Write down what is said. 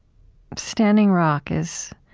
standing rock is